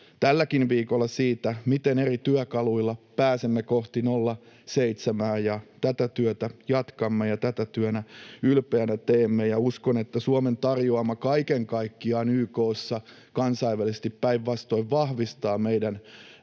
tälläkin viikolla siitä, miten eri työkaluilla pääsemme kohti 0,7:ää. Tätä työtä jatkamme ja tätä työtä ylpeänä teemme. Ja uskon, että kaiken kaikkiaan Suomen tarjoama YK:ssa kansainvälisesti päinvastoin vahvistaa meidän